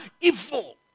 evil